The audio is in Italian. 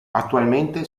attualmente